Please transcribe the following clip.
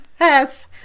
Yes